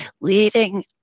leading